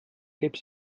gips